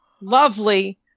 Lovely